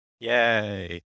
Yay